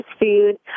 food